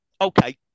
Okay